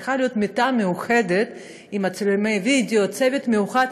צריכה להיות מיטה מיוחדת עם צילומי וידיאו וצוות מיוחד.